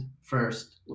first